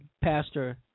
pastor –